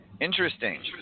Interesting